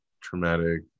traumatic